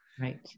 Right